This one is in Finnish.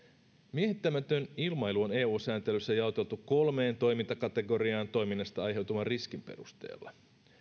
miehittämätön ilmailu on eu sääntelyssä jaoteltu kolmeen toimintakategoriaan toiminnasta aiheutuvan riskin perusteella